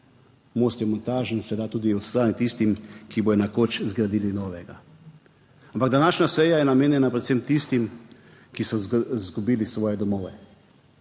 Most je montažen, se da tudi odstraniti tistim, ki bodo nekoč zgradili novega, ampak današnja seja je namenjena predvsem tistim, ki so izgubili svoje domove.